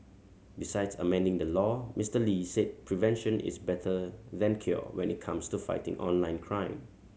besides amending the law Mister Lee said prevention is better than cure when it comes to fighting online crime